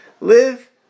Live